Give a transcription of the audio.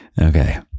Okay